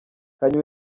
kanye